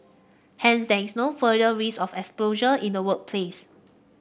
hence there is no further risk of exposure in the workplace